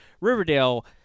Riverdale